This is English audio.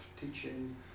teaching